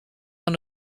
fan